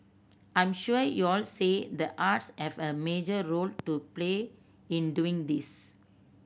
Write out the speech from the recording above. I'm sure you'll say the arts have a major role to play in doing this